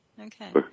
okay